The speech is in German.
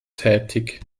tätig